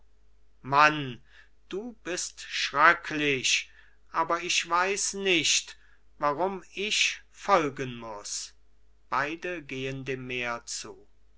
mann du bist schröcklich aber ich weiß nicht warum ich folgen muß beide gehen dem meer zu